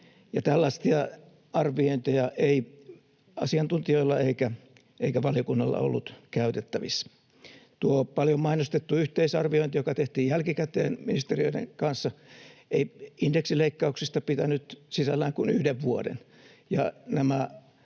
Tällaisia arviointeja ei asiantuntijoilla eikä valiokunnalla ollut käytettävissä. Tuo paljon mainostettu yhteisarviointi, joka tehtiin jälkikäteen ministeriöiden kanssa, indeksileikkauksista ei pitänyt sisällään kuin yhden vuoden,